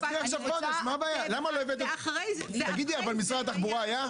אבל משרד התחבורה היה?